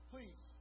Please